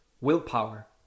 willpower